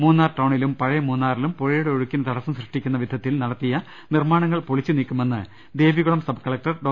മൂന്നാർ ടൌണിലും പഴയ മൂന്നാറിലും പൂഴയുടെ ഒഴുക്കിന് തടസം സൃഷ്ടി ക്കുന്ന വിധത്തിൽ നടത്തിയ നിർമ്മാണങ്ങൾ പൊളിച്ചു നീക്കുമെന്ന് ദേവികുളം സബ്കളക്ടർ ഡോ